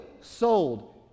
sold